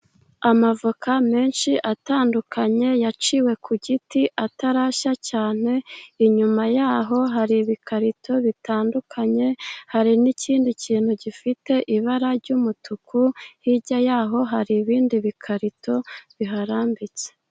Amavoka menshi atandukanye yaciwe ku giti atarashya cyane. Inyuma yaho hari ibikarito bitandukanye hari n'ikindi kintu gifite ibara ry'umutuku. Hirya y'aho hari ibindi bi bikarito biharambitse.